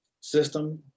system